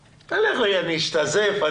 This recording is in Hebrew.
להשתזף.